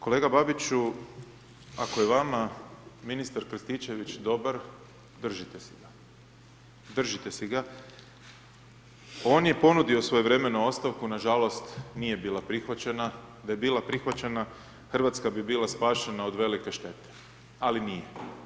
Kolega Babiću, ako je vama ministar Krstičević, dobar, držite te se ga, držite te se ga, on je ponudio svojevremenu ostavku, nažalost nije bila prihvaćena, da je bila prihvaćena, Hrvatska bi bila spašena od velike štete ali nije.